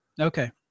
Okay